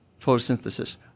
photosynthesis